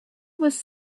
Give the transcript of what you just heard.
was